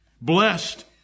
Blessed